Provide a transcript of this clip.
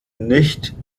nicht